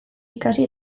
ikasi